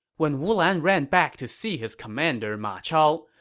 when wu lan ran back to see his commander ma chao,